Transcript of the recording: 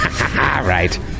Right